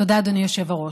תודה, אדוני היושב-ראש.